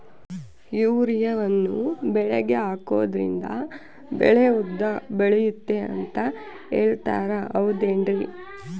ಯೂರಿಯಾವನ್ನು ಬೆಳೆಗೆ ಹಾಕೋದ್ರಿಂದ ಬೆಳೆ ಉದ್ದ ಬೆಳೆಯುತ್ತೆ ಅಂತ ಹೇಳ್ತಾರ ಹೌದೇನ್ರಿ?